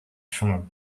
from